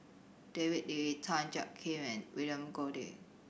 David Lee Tan Jiak Kim and William Goode